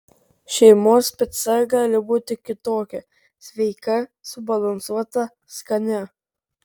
šeimos pica gali būti kitokia sveika subalansuota skani